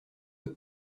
eux